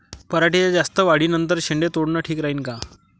पराटीच्या जास्त वाढी नंतर शेंडे तोडनं ठीक राहीन का?